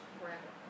forever